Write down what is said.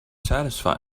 satisfy